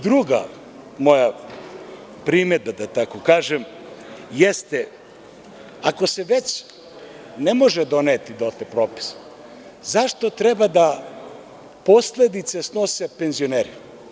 Druga moja primedba, da tako kažem, jeste ako se već ne može doneti dotle propis, zašto treba posledice da snose penzioneri?